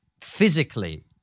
physically